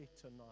tonight